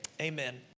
amen